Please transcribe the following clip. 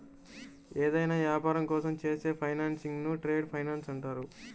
ఏదైనా యాపారం కోసం చేసే ఫైనాన్సింగ్ను ట్రేడ్ ఫైనాన్స్ అంటారు